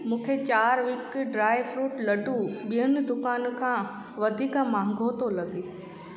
मूंखे चारविक dry fruit laddoo ॿियनि दुकानुनि खां वधीक महांगो थो लॻे